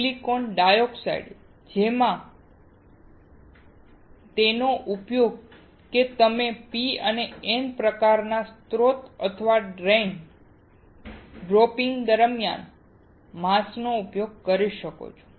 હવે આ એક સિલિકોન ડાયોક્સાઇડ છે જેનો ઉપયોગ તમે P અથવા N પ્રકારના સ્રોત અથવા ડ્રેઇનના ડોપિંગ દરમિયાન માસ્કનો ઉપયોગ કરી શકો છો